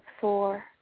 four